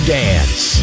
dance